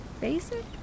Basic